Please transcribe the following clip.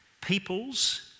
Peoples